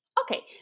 Okay